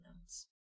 notes